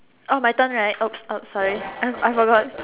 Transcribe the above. oh my turn right oops oops sorry I forgot